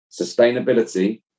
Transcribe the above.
Sustainability